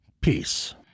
peace